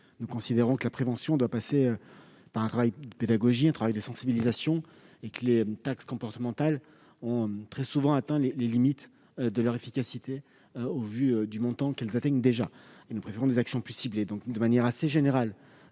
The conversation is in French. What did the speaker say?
nous considérons que la prévention doit passer par un travail de pédagogie et de sensibilisation et que les taxes comportementales ont très souvent atteint les limites de leur efficacité, au vu des niveaux qu'elles affichent déjà. Nous leur préférons des actions plus ciblées. J'aurai l'occasion de